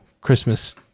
Christmas